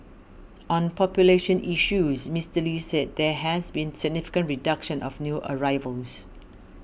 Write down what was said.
on population issues Mister Lee said there has been significant reduction of new arrivals